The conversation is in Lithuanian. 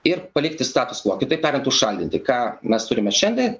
ir palikti status kvuo kitaip tariant užšaldyti ką mes turime šiandien